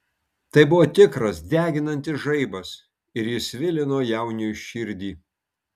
tai buvo tikras deginantis žaibas ir jis svilino jauniui širdį